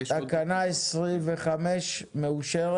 הצבעה תקנה 25 אושרה